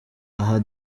aha